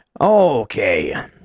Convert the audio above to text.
okay